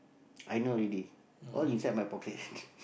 I know already all inside my pocket